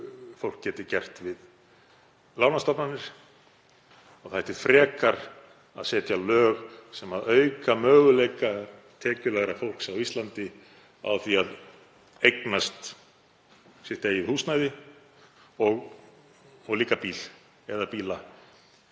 fólk geti gert við lánastofnanir. Það ætti frekar að setja lög sem auka möguleika tekjulægra fólks á Íslandi á því að eignast sitt eigið húsnæði og líka bíl eða bíla